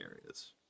areas